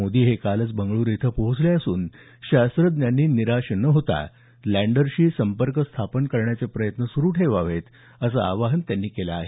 मोदी हे कालच बंगळुरू इथं पोहाचले असून शास्त्रज्ञांनी निराश न होता लँडरशी संपर्क स्थापन करण्याचे प्रयत्न चालू ठेवावेत असं आवाहन त्यांनी केलं आहे